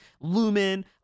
Lumen